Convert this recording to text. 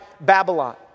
Babylon